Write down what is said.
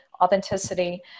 authenticity